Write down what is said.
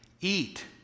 eat